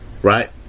right